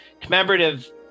commemorative